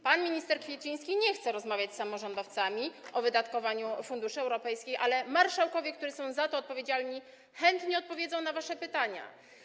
Pan minister Kwieciński nie chce rozmawiać z samorządowcami o wydatkowaniu funduszy europejskich, ale marszałkowie, którzy są za to odpowiedzialni, chętnie odpowiedzą na wasze pytania.